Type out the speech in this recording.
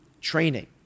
training